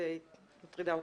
מטרידה אותי.